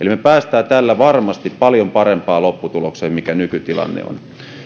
pääsemme tällä varmasti paljon parempaan lopputulokseen kuin mikä nykytilanne on